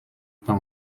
par